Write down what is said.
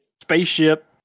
spaceship